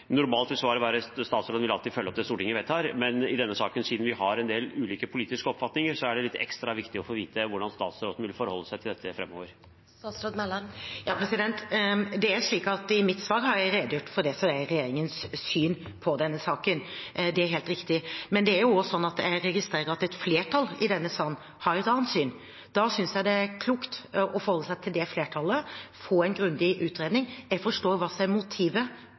en del ulike politiske oppfatninger i denne saken, er det ekstra viktig å få vite hvordan statsråden vil forholde seg til dette framover. I mitt svar har jeg redegjort for det som er regjeringens syn på denne saken – det er helt riktig. Men jeg registrerer også at et flertall i denne salen har et annet syn. Da synes jeg det er klokt å forholde seg til det flertallet og få en grundig utredning. Jeg forstår hva som er motivet